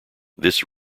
this